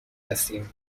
هستیم